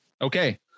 Okay